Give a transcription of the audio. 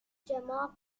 democracy